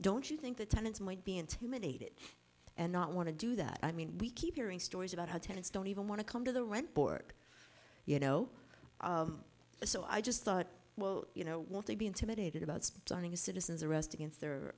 don't you think the tenants might be intimidated and not want to do that i mean we keep hearing stories about how tenants don't even want to come to the board you know so i just thought well you know want to be intimidated about starting a citizen's arrest against their